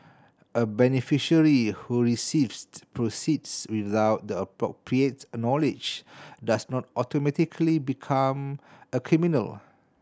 a beneficiary who receives proceeds without the appropriate knowledge does not automatically become a criminal